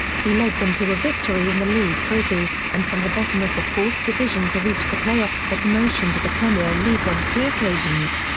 he led them to a victory in the league trophy, and from the bottom of the fourth division to reach the play-offs for promotion to the premier league on three occasions.